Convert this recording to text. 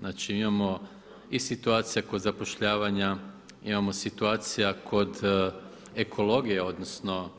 Znači mi imamo i situacija kod zapošljavanja, imamo situacija kod ekologije odnosno